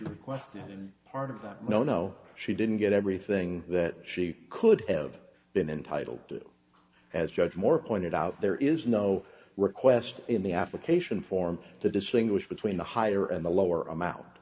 request and part of that no no she didn't get everything that she could have been entitled to as judge moore pointed out there is no request in the application form to distinguish between the higher and the lower